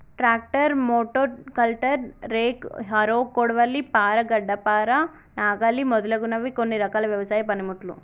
tractor, motocultor, rake, harrow, కొడవలి, పార, గడ్డపార, నాగలి మొదలగునవి కొన్ని రకాల వ్యవసాయ పనిముట్లు